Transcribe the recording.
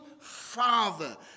Father